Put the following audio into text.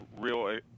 real